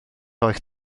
holl